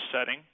setting